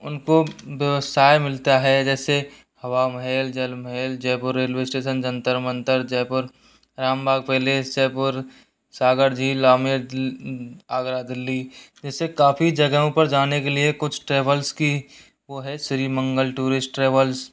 उनको व्यवसाय मिलता है जैसे Hawa Mahal Jal Mahal Jaipur railway station Jantar Mantar Jaipur Rambagh palace Jaipur Sagar झील आमेर दिल आगरा दिल्ली जैसी काफ़ी जगहों पर जाने के लिए कुछ ट्रेवल्स की वो है श्री मंगल टूरिस्ट ट्रेवल्स